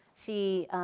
she